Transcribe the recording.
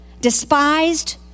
despised